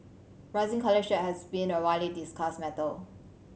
rising college has been a widely discussed matter